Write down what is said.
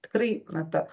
tikrai na ta